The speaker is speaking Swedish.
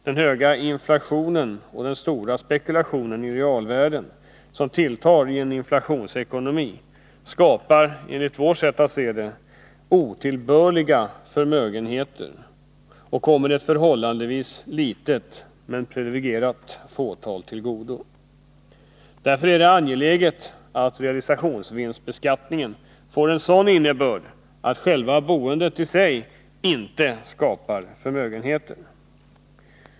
Den höga inflationen och den stora spekulationen i realvärden, som tilltar i en inflationsekonomi, skapar enligt vårt sätt att se otillbörliga förmögenheter — och dessa förmåner kommer ett förhållandevis litet men privilegierat fåtal till godo. Därför är det angeläget att realisationsvinstbeskattningen får en sådan innebörd att själva boendet i sig inte skapar förmögenheter.